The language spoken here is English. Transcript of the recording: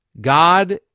God